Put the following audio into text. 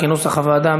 כנוסח הוועדה.